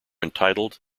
entitled